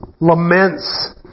laments